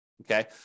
okay